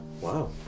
Wow